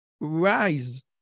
rise